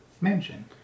mansion